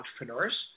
entrepreneurs